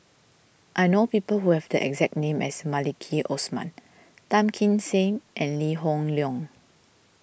I know people who have the exact name as Maliki Osman Tan Kim Seng and Lee Hoon Leong